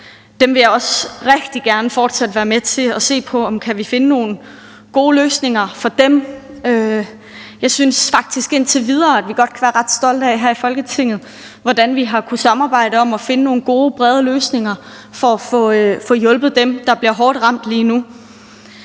Dem vil jeg også rigtig gerne fortsat være med til at se på om vi kan finde nogle gode løsninger for. Jeg synes faktisk indtil videre, at vi her i Folketinget godt kan være ret stolte af, hvordan vi har kunnet samarbejde om at finde nogle gode, brede løsninger for at få hjulpet dem, der bliver hårdt ramt lige nu.